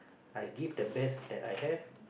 I give the best that I have